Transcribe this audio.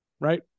right